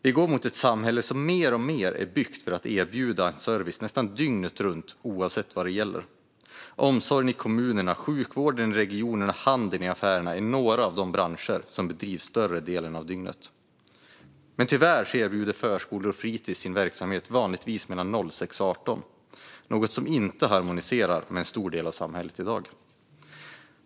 Vi går mot ett samhälle som är mer och mer byggt för att erbjuda service nästan dygnet runt oavsett vad det gäller. Omsorgen i kommunerna, sjukvården i regionerna och handeln i affärerna är några av de branscher där verksamhet bedrivs större delen av dygnet. Men tyvärr erbjuder förskolor och fritis vanligtvis sin verksamhet mellan klockan 6 och klockan 18, något som inte harmonierar med en stor del av samhället i dag.